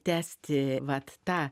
tęsti vat tą